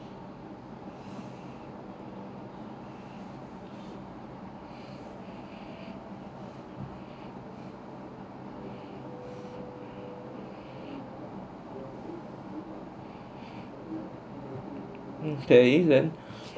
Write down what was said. mm clearly then